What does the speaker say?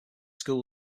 school